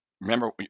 remember